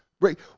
right